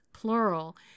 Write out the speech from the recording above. plural